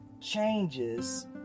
changes